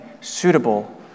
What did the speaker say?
suitable